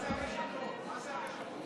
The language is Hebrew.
זה לא נעשה ביום אחד.